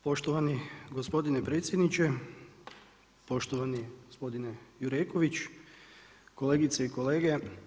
Poštovani gospodine predsjedniče, poštovani gospodine Jureković, kolegice i kolege.